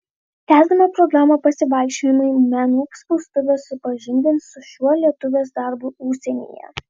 tęsdama programą pasivaikščiojimai menų spaustuvė supažindins su šiuo lietuvės darbu užsienyje